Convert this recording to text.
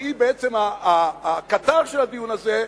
שהיא בעצם הקטר של הדיון הזה,